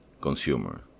consumer